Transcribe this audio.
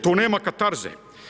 Tu nema katarze.